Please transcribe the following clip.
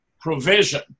provision